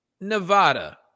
Nevada